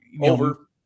Over